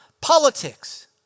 politics